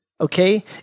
Okay